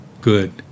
Good